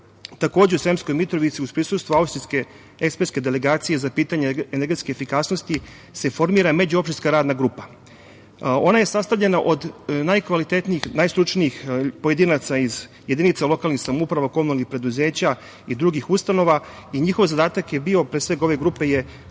takođe u Sremskoj Mitrovici, uz prisustvo austrijske ekspertske delegacije za pitanje energetske efikasnosti, formira se međuopštinska radna grupa. Ona je sastavljena od najkvalitetnijih, najstručnijih pojedinaca iz jedinca lokalnih samouprava, komunalnih preduzeća i drugih ustanova i njihov zadatak je bio, pre svega ove grupe,